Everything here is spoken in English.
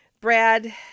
Brad